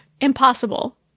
impossible